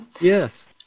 Yes